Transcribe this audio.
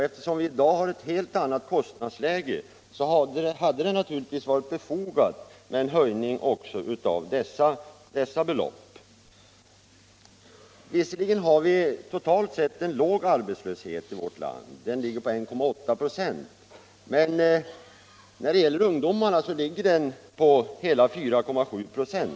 Eftersom vi i dag har ett helt annat kostnadsläge hade det naturligtvis varit befogat med en höjning också av dessa belopp. Visserligen har vi totalt sett en låg arbetslöshet i vårt land — den ligger på 1,8 26 — men för ungdomarna ligger den på hela 4,7 96.